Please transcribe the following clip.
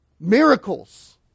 miracles